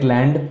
Land